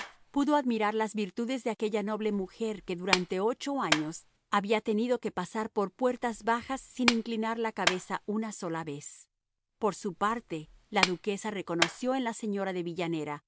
pudo admirar las virtudes de aquella noble mujer que durante ocho años había tenido que pasar por puertas bajas sin inclinar la cabeza una sola vez por su parte la duquesa reconoció en la señora de villanera